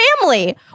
family